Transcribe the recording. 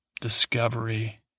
discovery